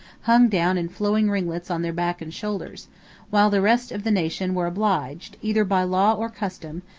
hung down in flowing ringlets on their back and shoulders while the rest of the nation were obliged, either by law or custom,